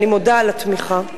אני מודה על התמיכה.